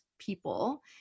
people